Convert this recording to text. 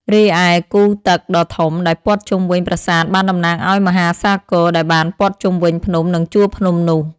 រីឯគូទឹកដ៏ធំដែលព័ទ្ធជុំវិញប្រាសាទបានតំណាងឲ្យមហាសាគរដែលបានព័ទ្ធជុំវិញភ្នំនិងជួរភ្នំនោះ។